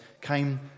came